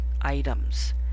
items